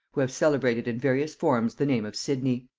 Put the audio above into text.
who have celebrated in various forms the name of sidney.